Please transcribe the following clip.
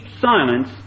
silence